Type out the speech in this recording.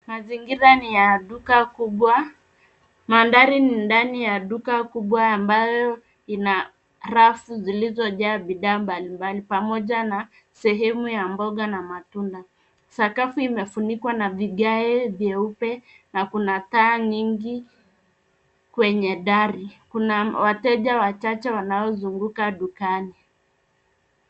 Mazingira ni ya duka kubwa, mandhari ni ndani ya duka kubwa ambayo ina rafu zilizojaa bidhaa mbali mbali pamoja na sehemu ya mboga na matunda. Sakafu imefunikwa na vigae vyeupe na kuna taa nyingi kwenye dari kuna wateja wachache wanaozunguka dukani.